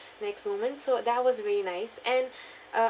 next moment so that was very nice and uh